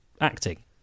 acting